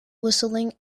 whistling